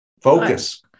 Focus